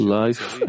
life